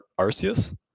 Arceus